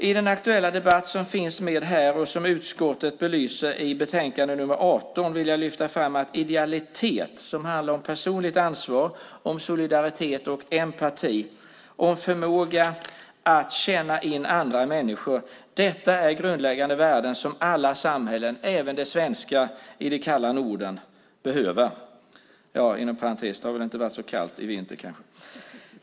I den aktuella debatt som finns med här och som utskottet belyser i betänkande nr 18 vill jag lyfta fram att idealitet handlar om personligt ansvar, om solidaritet, om empati och om förmåga att känna in andra människor. Detta är grundläggande värden som alla samhällen, även det svenska i den kalla Norden behöver. Inom parentes sagt har det väl inte varit så kallt i vinter, kanske.